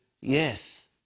yes